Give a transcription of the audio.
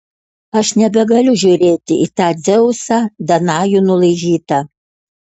aš nebegaliu žiūrėti į tą dzeusą danajų nulaižytą